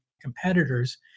competitors